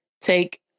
take